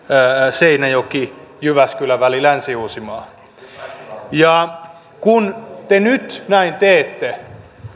seinäjoki jyväskylä väli ja länsi uusimaa kärsimään kun te nyt näin teette